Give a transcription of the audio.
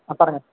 ആ പറഞ്ഞോ